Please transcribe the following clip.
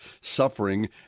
Suffering